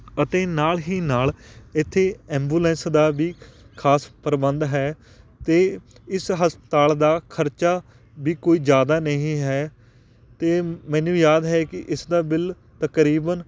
ਅਤੇ ਨਾਲ ਹੀ ਨਾਲ ਇੱਥੇ ਐਂਬੂਲੈਂਸ ਦਾ ਵੀ ਖਾਸ ਪ੍ਰਬੰਧ ਹੈ ਅਤੇ ਇਸ ਹਸਪਤਾਲ ਦਾ ਖਰਚਾ ਵੀ ਕੋਈ ਜ਼ਿਆਦਾ ਨਹੀਂ ਹੈ ਅਤੇ ਮੈਨੂੰ ਯਾਦ ਹੈ ਕਿ ਇਸ ਦਾ ਬਿੱਲ ਤਕਰੀਬਨ